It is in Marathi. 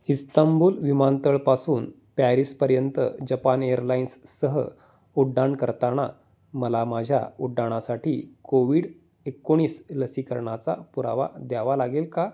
इस्तनबुल विमानतळपासून पॅरिसपर्यंत जपान एअरलाईन्ससह उड्डाण करताना मला माझ्या उड्डाणासाठी कोविड एकोणीस लसीकरणाचा पुरावा द्यावा लागेल का